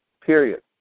Period